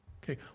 Okay